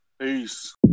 Peace